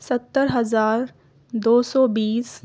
ستر ہزار دو سو بیس